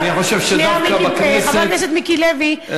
חבר הכנסת מיקי לוי,